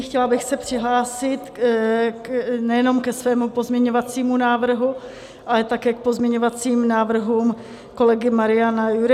Chtěla bych se přihlásit nejenom ke svému pozměňovacímu návrhu, ale také k pozměňovacím návrhům kolegy Mariana Jurečky.